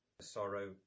sorrow